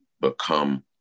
become